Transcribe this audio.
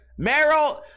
Meryl